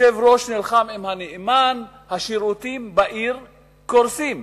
היושב-ראש נלחם עם הנאמן, השירותים בעיר קורסים.